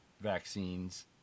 vaccines